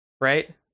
right